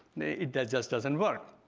it just doesn't work.